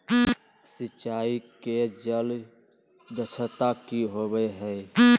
सिंचाई के जल दक्षता कि होवय हैय?